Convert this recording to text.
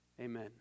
Amen